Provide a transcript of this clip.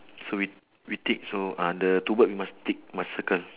so we we tick so ah the two bird we must tick must circle